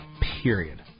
period